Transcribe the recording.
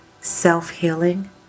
self-healing